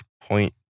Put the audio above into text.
Point